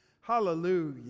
Hallelujah